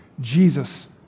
Jesus